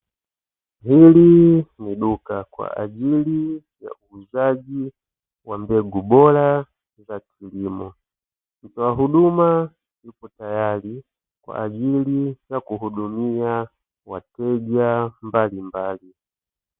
Hili ni duka kwa ajili ya uuzaji wa mbegu bora za kilimo, mtoa huduma yupo tayari kwa ajili ya kuhudumia wateja mbalimbali.